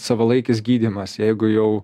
savalaikis gydymas jeigu jau